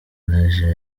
nigeria